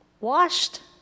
washed